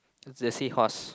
that's the sea horse